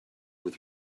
with